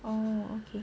oh okay